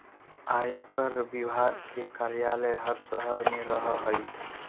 आयकर विभाग के कार्यालय हर शहर में रहऽ हई